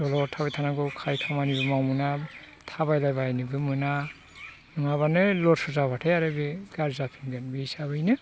दलद थाबाय थानांगौ खाय खामानिबो मावनो मोना थाबायलाबायनोबो मोना नङाबानो लर सर जाबाथाय आरो बे गाज्रि जाफिनगोन बे हिसाबैनो